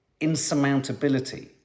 insurmountability